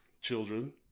children